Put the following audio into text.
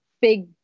big